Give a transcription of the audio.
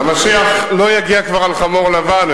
המשיח לא יגיע כבר על חמור לבן.